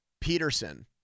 Peterson